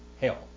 hell